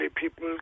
people